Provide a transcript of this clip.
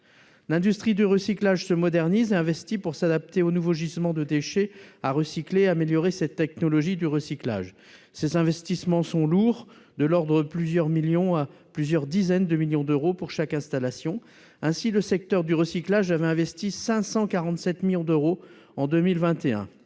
L'industrie du recyclage se modernise et investit pour s'adapter aux nouveaux gisements de déchets à recycler et pour améliorer ses technologies. Ces investissements sont lourds, de l'ordre de plusieurs millions à plusieurs dizaines de millions d'euros pour chaque installation. Ainsi, le secteur du recyclage a investi 547 millions d'euros en 2021.